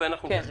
אני חושב